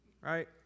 Right